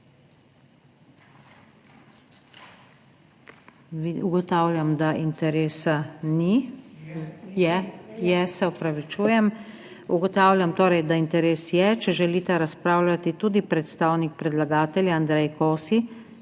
Ugotavljam, da interesa ni. Je, se opravičujem. Ugotavljam torej, da interes je. Če želita razpravljati tudi predstavnik predlagatelja Andrej Kosi